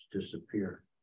disappear